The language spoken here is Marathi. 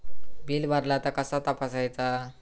बिल भरला तर कसा तपसायचा?